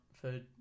food